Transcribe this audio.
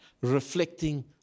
reflecting